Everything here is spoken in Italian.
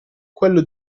quello